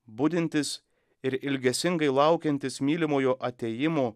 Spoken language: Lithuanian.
budintis ir ilgesingai laukiantis mylimojo atėjimo